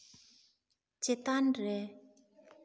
ᱪᱮᱛᱟᱱ ᱨᱮ